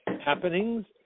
happenings